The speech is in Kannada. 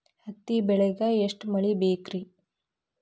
ಹತ್ತಿ ಬೆಳಿಗ ಎಷ್ಟ ಮಳಿ ಬೇಕ್ ರಿ?